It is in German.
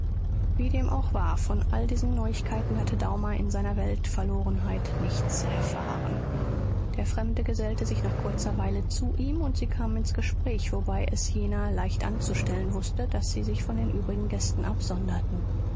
wie dem auch war von all diesen neuigkeiten hatte daumer in seiner weltverlorenheit nichts erfahren der fremde gesellte sich nach kurzer weile zu ihm und sie kamen ins gespräch wobei es jener leicht anzustellen wußte daß sie sich von den übrigen gästen absonderten